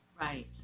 Right